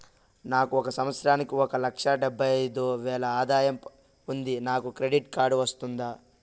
నాకు ఒక సంవత్సరానికి ఒక లక్ష డెబ్బై అయిదు వేలు ఆదాయం ఉంది నాకు క్రెడిట్ కార్డు వస్తుందా?